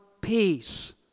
peace